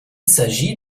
s’agit